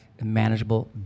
manageable